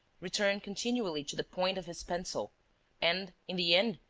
returned continually to the point of his pencil and, in the end,